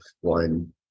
one